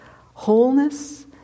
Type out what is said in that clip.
wholeness